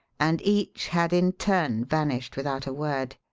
and each had in turn vanished without a word.